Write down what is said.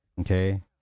Okay